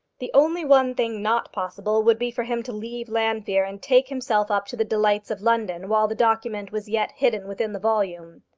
the only one thing not possible would be for him to leave llanfeare and take himself up to the delights of london while the document was yet hidden within the volume.